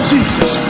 Jesus